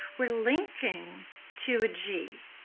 we're linking to a g.